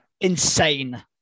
insane